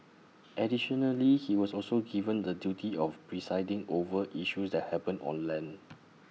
additionally he was also given the duty of presiding over issues that happen on land